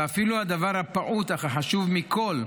ואפילו הדבר הפעוט אך החשוב מכול,